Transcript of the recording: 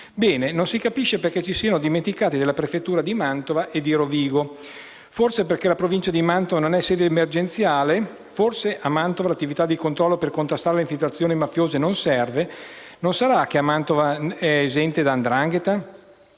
Non si capisce perché si siano dimenticati della prefettura di Mantova (e di Rovigo). Forse perché la Provincia di Mantova non è sede emergenziale? Forse a Mantova l'attività di controllo per contrastare le infiltrazione mafiose non serve? Non sarà che Mantova è esente dalla